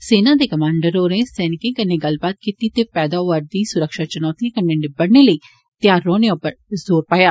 सेना दे कमांडर होरें सैनिकें कन्नै गल्लबात कीती ते पैदा होआरदी सुरक्षा चुनौतिएं कन्नै निबड़ने लेई तैयार रौहने उप्पर जोर पाया